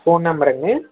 phone నంబరా అండి